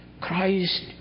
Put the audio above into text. Christ